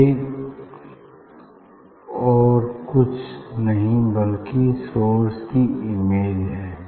ये और कुछ नहीं बल्कि सोर्स की इमेज है